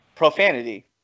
Profanity